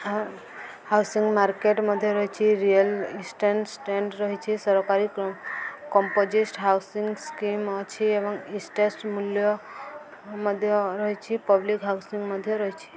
housing market ମଧ୍ୟ ରହିଛି real estate stand ରହିଛି ସରକାରୀ କମ୍ପୋଜିଷ୍ଟ ହାଉସିଂ ସ୍କିମ୍ ଅଛି ଏବଂ ଇଷ୍ଟେଷ୍ଟ ମୂଲ୍ୟ ମଧ୍ୟ ରହିଛି ପବ୍ଲିକ ହାଉସିଂ ମଧ୍ୟ ରହିଛି